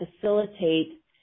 facilitate